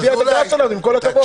זאת העבודה שלנו, עם כל הכבוד.